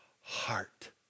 heart